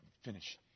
Finish